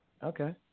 Okay